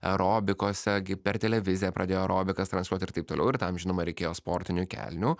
aerobikose gi per televiziją pradėjo aerobikas transliuot ir taip toliau ir tam žinoma reikėjo sportinių kelnių